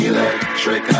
Electric